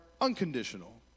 unconditional